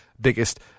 biggest